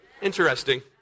Interesting